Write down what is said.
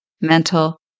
mental